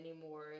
anymore